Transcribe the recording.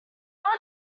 not